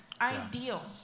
ideal